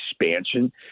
expansion